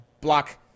Block